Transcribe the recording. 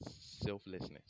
selflessness